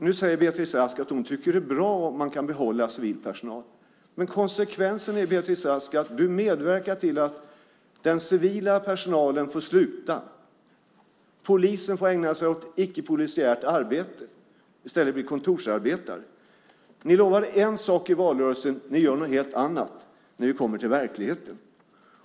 Nu säger Beatrice Ask att hon tycker att det är bra om man kan behålla civil personal. Men konsekvensen, Beatrice Ask, är att du medverkar till att den civila personalen får sluta. Polisen får ägna sig åt icke polisiärt arbete och i stället bli kontorsarbetare. Ni lovade en sak i valrörelsen, men ni gör något helt annat när ni kommer till verkligheten.